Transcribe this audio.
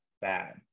bad